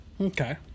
okay